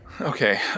Okay